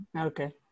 Okay